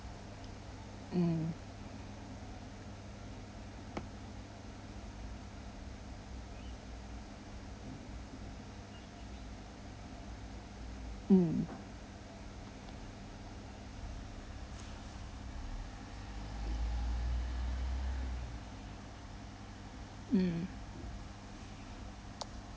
mm mm mm